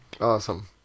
Awesome